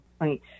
Right